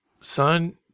son